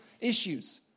issues